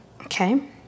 Okay